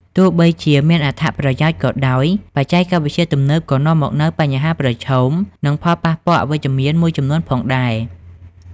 ទោះបីជាមានអត្ថប្រយោជន៍ក៏ដោយ បច្ចេកវិទ្យាទំនើបក៏នាំមកនូវបញ្ហាប្រឈម និងផលប៉ះពាល់អវិជ្ជមានមួយចំនួនផងដែរ។